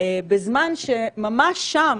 בזמן שממש שם,